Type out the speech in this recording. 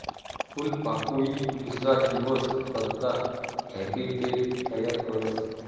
फूलपाकोई दुसरा जीवस करता हैबीटेट तयार करस